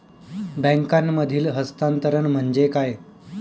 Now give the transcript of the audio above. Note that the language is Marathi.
बँकांमधील हस्तांतरण म्हणजे काय?